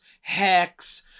hex